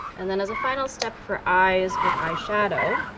and then as a final step for eyes with eye shadow,